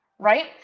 Right